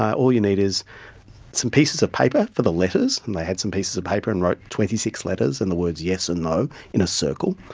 all you need is some pieces of paper for the letters, and they had some pieces of paper and wrote twenty six letters and the words yes and no in a circle,